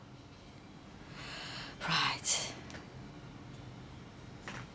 right